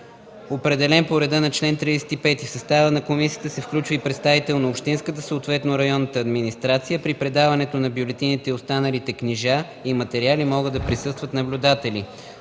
определен по реда на чл. 35. В състава на комисията се включва и представител на общинската, съответно районната администрация. При предаването на бюлетините и останалите книжа и материали могат да присъстват и наблюдатели.”